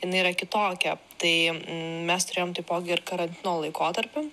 jinai yra kitokia tai mes turėjom taipogi ir karantino laikotarpiu